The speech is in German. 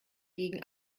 gegen